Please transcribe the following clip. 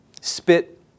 spit